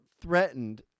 threatened